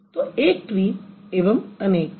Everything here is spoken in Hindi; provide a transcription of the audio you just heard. तो एक ट्री एवं अनेक ट्री